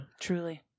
Truly